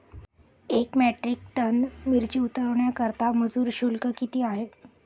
एक metric tonne मिरची उतरवण्याकरता मजूर शुल्क किती आहे?